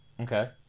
okay